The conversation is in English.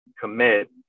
commit